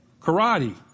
karate